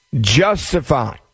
Justify